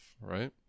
Right